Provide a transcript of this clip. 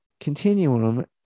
continuum